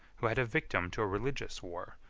who had a victim to a religious war,